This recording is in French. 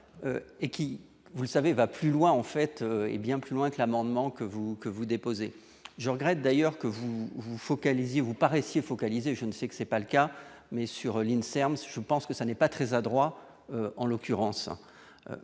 et qui, vous le savez, va plus loin en fait et bien plus loin que l'amendement que vous que vous déposez Joerg d'ailleurs que vous vous focalisez vous paraissez focalisé je ne sais que c'est pas le cas, mais sur l'INSERM je pense que ça n'est pas très adroit, en l'occurrence,